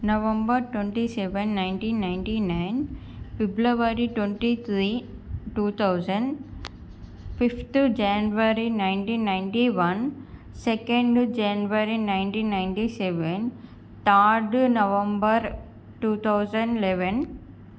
November twenty seven nineteen ninety nine February twenty three two thousand fifth January nineteen ninety one second January nineteen ninety seven third November two thousand eleven